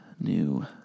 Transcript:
new